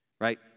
Right